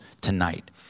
tonight